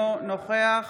אינו נוכח